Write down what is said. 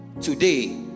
today